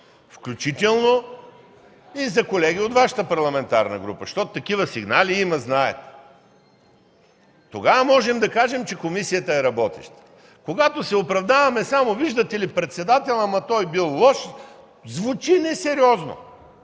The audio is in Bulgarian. включително и за колеги от Вашата парламентарна група? Такива сигнали има, знаете. Тогава можем да кажем, че комисията е работеща. Когато се оправдаваме само – виждате ли, председателят, ама той бил лош, звучи несериозно!